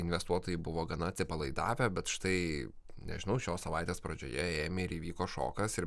investuotojai buvo gana atsipalaidavę bet štai nežinau šios savaitės pradžioje ėmė ir įvyko šokas ir